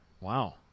Wow